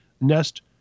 nest